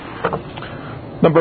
Number